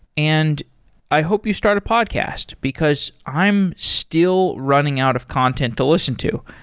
and i hope you start a podcast, because i am still running out of content to listen to.